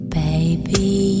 baby